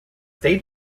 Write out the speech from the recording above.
state